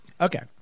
Okay